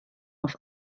auf